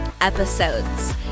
episodes